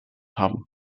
haben